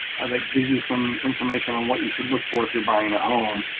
that gives you some information on what you should look for if you're buying a home.